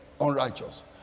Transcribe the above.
unrighteous